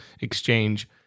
exchange